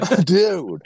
dude